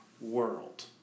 world